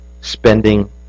spending